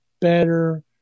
better